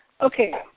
Okay